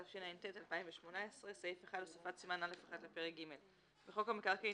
התשע"ט 2018 הוספת סימן א'1 לפרק ג' 1.בחוק המקרקעין,